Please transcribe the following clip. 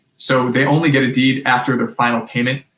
so they only get a deed after the final payment.